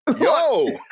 Yo